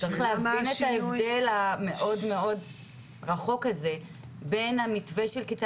אבל צריך להבין את ההבדל המאוד מאוד רחוק הזה בין המתווה של כיתה